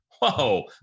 Whoa